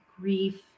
grief